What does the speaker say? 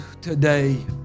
today